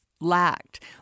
lacked